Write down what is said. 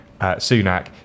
Sunak